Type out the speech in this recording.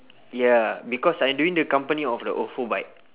ya because I doing the company of the ofo bike